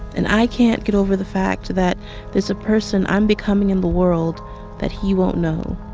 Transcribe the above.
and i can't get over the fact that there's a person i'm becoming in the world that he won't know